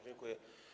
Dziękuję.